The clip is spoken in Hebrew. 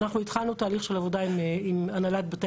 אנחנו התחלנו תהליך של עבודה עם הנהלת בתי